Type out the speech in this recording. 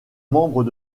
membres